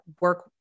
work